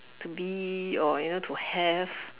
to be or you know to have